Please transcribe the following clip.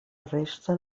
resten